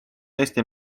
eesti